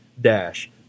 dash